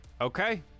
Okay